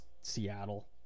Seattle